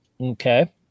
Okay